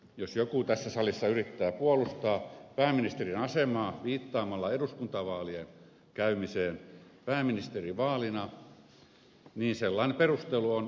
jos joku tässä salissa yrittää puolustaa pääministerin asemaa viittaamalla eduskuntavaalien käymiseen pääministerivaalina niin sellainen perustelu on kestämätön